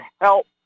help